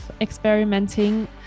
experimenting